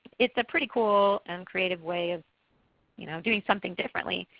it's a pretty cool and creative way of you know doing something differently,